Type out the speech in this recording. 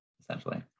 essentially